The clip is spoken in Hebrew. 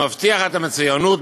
המבטיח את המצוינות,